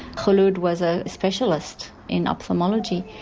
khulod was a specialist in ophthalmology,